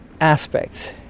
aspects